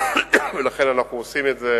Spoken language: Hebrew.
ואנחנו עושים את זה